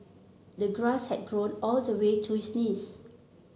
the grass had grown all the way to his knees